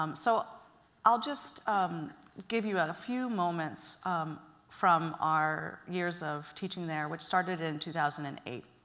um so i'll just um give you about a few moments from our years of teaching there which started in two thousand and eight.